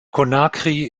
conakry